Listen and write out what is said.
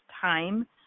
time